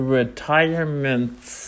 retirements